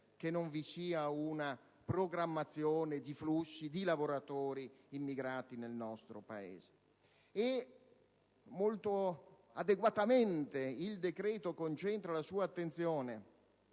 che non vi sia una programmazione di flussi di lavoratori immigrati nel nostro Paese. Molto adeguatamente, il decreto concentra la sua attenzione